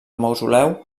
mausoleu